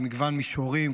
במגוון מישורים.